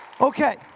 Okay